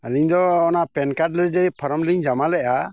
ᱟᱹᱞᱤᱧ ᱫᱚ ᱚᱱᱟ ᱯᱮᱱ ᱠᱟᱨᱰ ᱯᱷᱚᱨᱢ ᱞᱤᱧ ᱡᱟᱢᱟ ᱞᱮᱫᱟ